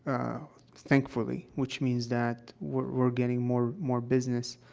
thankfully, which means that we're we're getting more more business.